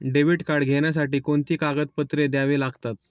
Debit card घेण्यासाठी कोणती कागदपत्रे द्यावी लागतात?